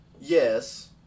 yes